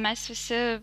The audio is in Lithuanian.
mes visi